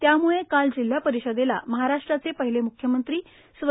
त्याम्ळे काल जिल्हा परिषदेला महाराष्ट्राचे पहिले मुख्यमंत्री स्व